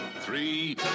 three